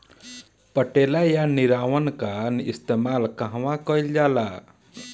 पटेला या निरावन का इस्तेमाल कहवा कइल जाला?